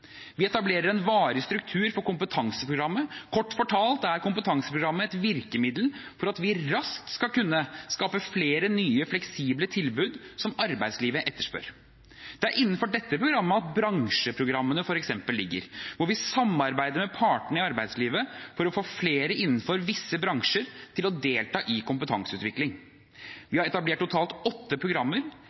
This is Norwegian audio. Vi etablerer en varig struktur for Kompetanseprogrammet. Kort fortalt er Kompetanseprogrammet et virkemiddel for at vi raskt skal kunne skape flere nye, fleksible tilbud som arbeidslivet etterspør. Det er innenfor dette programmet f.eks. bransjeprogrammene ligger, der vi samarbeider med partene i arbeidslivet for å få flere innenfor visse bransjer til å delta i kompetanseutvikling. Vi har etablert totalt åtte programmer.